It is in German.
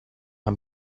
ein